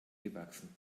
gewachsen